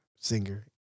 singer